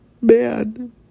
man